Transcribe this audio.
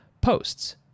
posts